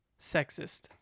Sexist